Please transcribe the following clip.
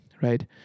right